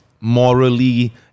morally